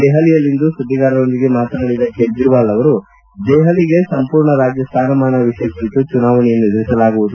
ದೆಹಲಿಯಲ್ಲಿಂದು ಸುದ್ಗಿಗಾರರೊಂದಿಗೆ ಮಾತನಾಡಿದ ಕೇಜ್ರವಾಲ್ ಅವರು ದೆಹಲಿಗೆ ಸಂಪೂರ್ಣ ರಾಜ್ಯ ಸ್ಥಾನಮಾನ ವಿಷಯ ಕುರಿತು ಚುನಾವಣೆಯನ್ನು ಎದುರಿಸಲಾಗುವುದು